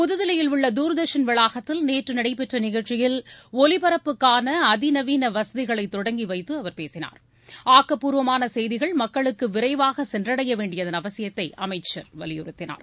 புதுதில்லியில் உள்ள தூர்தர்ஷன் வளாகத்தில் நேற்று நடைபெற்ற நிகழ்ச்சியில் ஒலிபரப்புக்கான அதிநவீன வசதிகளை தொடங்கி வைத்து அவர் பேசினார் ஆக்கப்பூர்வமான செய்திகள் மக்களுக்கு விரைவாக சென்றடையவேண்டியதன் அவசியத்தை அமைச்சர் வலியுறுத்தினார்